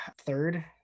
third